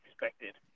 expected